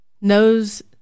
knows